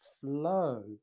flow